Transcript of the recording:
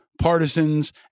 partisans